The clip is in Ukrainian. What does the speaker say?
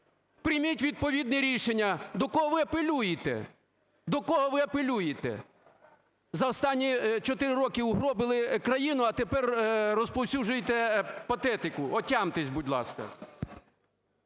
прийміть відповідне рішення. До кого ви апелюєте, до кого ви апелюєте?! За останні 4 роки угробили країну, а тепер розповсюджуєте патетику. Отямтесь, будь ласка.